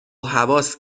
هواس